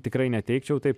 tikrai neteigčiau taip